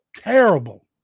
terrible